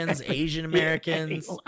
Asian-Americans